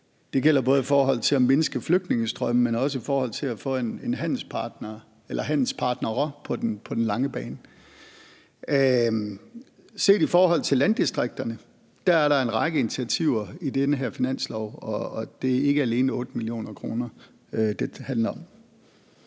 Det gælder både i forhold til at mindske flygtningestrømmene, men også i forhold til at få en handelspartner – eller handelspartnere – på den lange bane. Set i forhold til landdistrikterne er der en række initiativer i det her finanslovsforslag, og det ikke alene 8 mio. kr., det handler om.